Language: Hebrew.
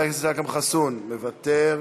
מוותר,